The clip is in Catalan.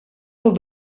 del